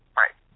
right